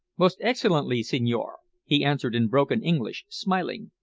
most excellently, signore, he answered in broken english, smiling.